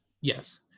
Yes